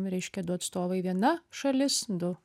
reiškia du atstovai viena šalis du